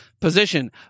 position